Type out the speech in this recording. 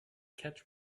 catch